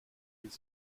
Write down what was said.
les